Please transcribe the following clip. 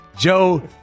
Joe